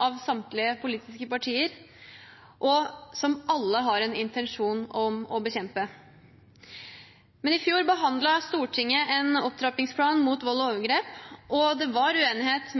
av samtlige politiske partier, og som alle har en intensjon om å bekjempe. Men i fjor behandlet Stortinget en opptrappingsplan mot vold og overgrep, og det var uenighet